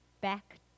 back